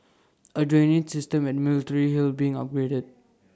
A drainage system at military hill being upgraded